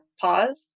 pause